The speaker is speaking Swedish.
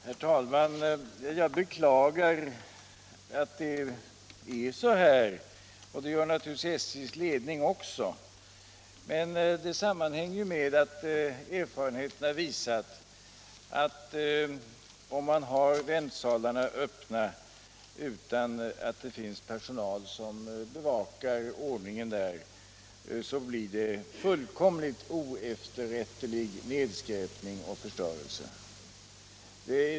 Herr talman! Jag beklagar att det är på det här sättet, och det gör naturligtvis också SJ:s ledning. Men detta sammanhänger med att erfarenheten har visat att om man har väntsalarna öppna utan att det finns personal som bevakar ordningen där, så blir det en fullkomligt oefterrättlig nedskräpning och förstörelse.